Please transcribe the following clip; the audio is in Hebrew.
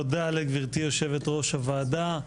תודה לגברתי יושבת-ראש הוועדה.